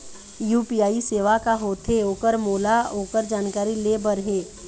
UPI सेवा का होथे ओकर मोला ओकर जानकारी ले बर हे?